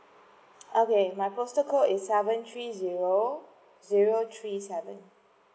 okay my postal code is seven three zero zero three seven